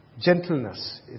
Gentleness